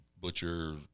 butcher